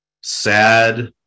sad